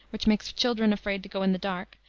which makes children afraid to go in the dark,